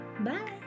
Bye